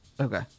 Okay